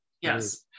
Yes